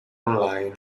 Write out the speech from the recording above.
online